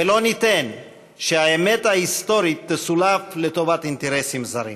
ולא ניתן שהאמת ההיסטורית תסולף לטובת אינטרסים זרים.